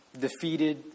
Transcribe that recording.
defeated